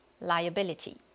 liability